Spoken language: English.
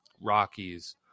Rockies